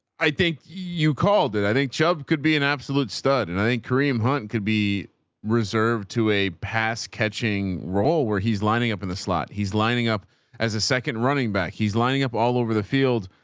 i think you called it. i think chubb could be an absolute stud and i think kareem hunt could be reserved to a pass catching role where he's lining up in the slot. he's lining up as a second, running back. he's lining up all over the field.